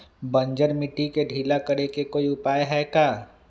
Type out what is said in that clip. बंजर मिट्टी के ढीला करेके कोई उपाय है का?